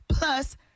Plus